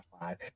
five